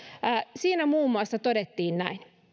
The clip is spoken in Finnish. siinä muun muassa todettiin näin